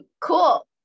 Cool